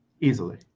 Easily